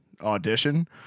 audition